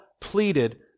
pleaded